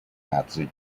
nazi